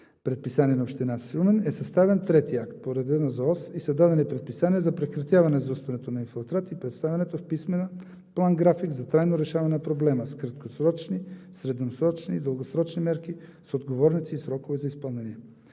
предписание на Община Шумен е съставен трети акт по реда на ЗООС и са дадени предписания за прекратяване на заустването на инфилтрати и представянето в писмен вид на план-график за трайно решаване на проблема с краткосрочни, средносрочни и дългосрочни мерки – с отговорници, срокове за изпълнение.